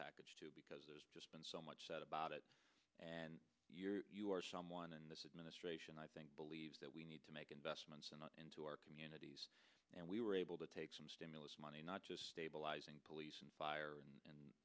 package too because there's just been so much said about it and you are someone in this administration i think believes that we need to make investments and into our communities and we were able to take some stimulus money not just stabilizing police and fire and a